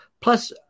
plus